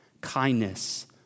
kindness